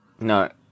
no